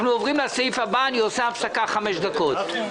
נעשה הפסקה של חמש דקות לפני שנעבור